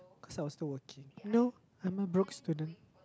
cause I was still working no I'm a broke student